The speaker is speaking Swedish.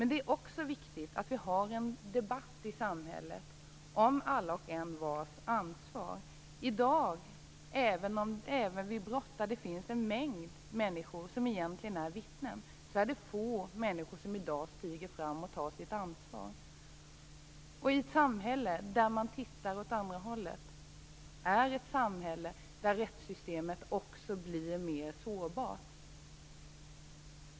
Det är också viktigt att det förs en debatt i samhället om alla och envars ansvar. I dag, även vid brott där det finns en mängd människor som egentligen är vittnen, är det få som stiger fram och tar sitt ansvar. Ett samhälle där man tittar åt andra hållet är ett samhälle där rättssystemet blir mer sårbart.